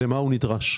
למה הוא נדרש?